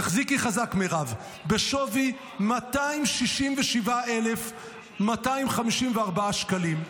תחזיקי חזק, מירב, בשווי 267,254 שקלים,